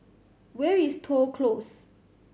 where is Toh Close